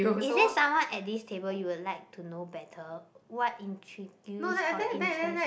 is there someone at this table you would like to know better what intrigues your interest